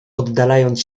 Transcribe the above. oddalając